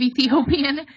Ethiopian